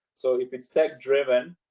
so if it's tech driven,